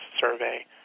survey